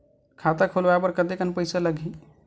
खाता खुलवाय बर कतेकन पईसा लगही?